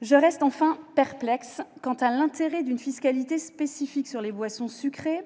Je reste enfin perplexe quant à l'intérêt d'une fiscalité spécifique sur les boissons sucrées